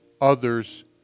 others